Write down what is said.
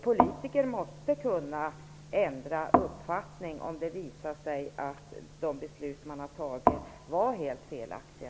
Politiker måste kunna ändra uppfattning, om det visar sig att de beslut de har fattat är helt felaktiga.